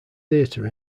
theatre